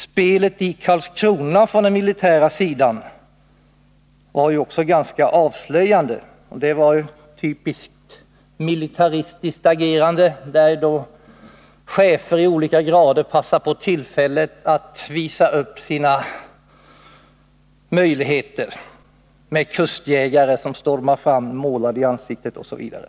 Spelet i Karlskrona på den militära sidan var ju också ganska avslöjande. Det var ett militaristiskt agerande. Chefer i olika grader passade på tillfället att visa upp sina möjligheter — kustjägare som stormade fram, målade i ansiktet, osv.